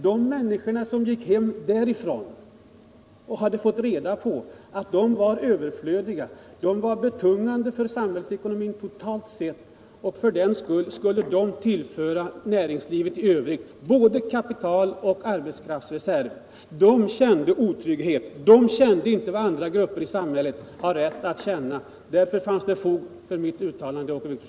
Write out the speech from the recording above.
De människor som gick hem från dessa möten och hade fått reda på att de var överflödiga och betungande för samhällsekonomin totalt sett och därför skulle tillföras näringslivet i övrigt som kapitaloch arbetskraftsreserv, de kände otrygghet, de kände inte vad andra grupper i samhället hade rätt att känna. Därför fanns det fog för mitt uttalande, Åke Wictorsson!